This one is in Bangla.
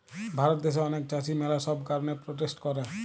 ভারত দ্যাশে অনেক চাষী ম্যালা সব কারণে প্রোটেস্ট করে